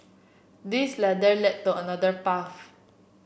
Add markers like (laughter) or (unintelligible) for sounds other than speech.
this ladder led to another (unintelligible)